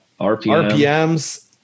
RPMs